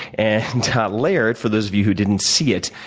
and and laird, for those of you who didn't see it,